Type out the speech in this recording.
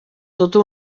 tota